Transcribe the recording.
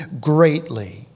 greatly